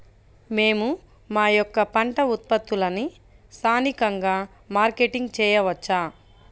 మేము మా యొక్క పంట ఉత్పత్తులని స్థానికంగా మార్కెటింగ్ చేయవచ్చా?